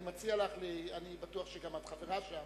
אני בטוח שגם את חברה שם,